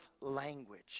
language